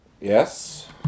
Yes